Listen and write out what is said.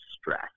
stress